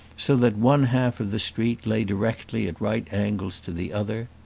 so that one half of the street lay directly at right angles to the other.